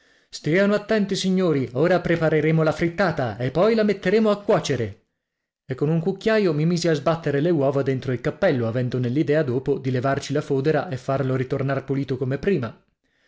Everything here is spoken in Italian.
stiano attenti signori ora prepareremo la frittata e poi la metteremo a cuocere e con un cucchiaio mi misi a sbattere le uova dentro il cappello avendo nell'idea dopo di levarci la fodera e farlo ritornar pulito come prima